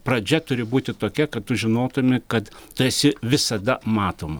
pradžia turi būti tokia kad tu žinotumi kad tu esi visada matoma